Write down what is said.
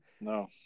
No